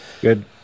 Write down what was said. Good